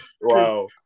Wow